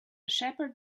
shepherd